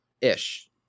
ish